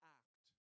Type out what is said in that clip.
act